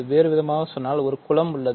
வேறுவிதமாக சொன்னால் ஒரு குலம் உள்ளது